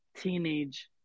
teenage